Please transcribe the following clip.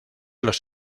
los